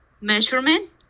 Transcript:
measurement